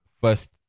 first